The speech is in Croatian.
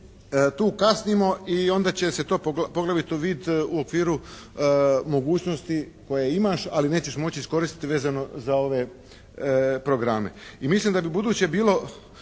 Tu kasnimo i onda će se to poglavito vidjeti u okviru mogućnosti koje imaš ali nećeš moći iskoristiti vezano za ove programe.